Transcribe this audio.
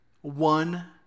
one